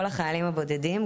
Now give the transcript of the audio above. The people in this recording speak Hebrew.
כל החיילים הבודדים,